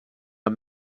amb